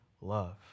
love